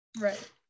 Right